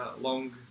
long